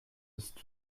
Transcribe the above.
ist